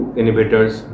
inhibitors